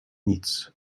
nic